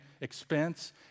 expense